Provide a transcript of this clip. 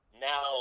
now